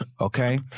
Okay